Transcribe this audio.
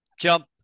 jump